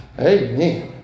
Amen